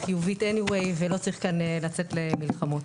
חיובית anyway ולא צריך כאן לצאת למלחמות.